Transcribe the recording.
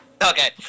Okay